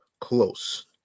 close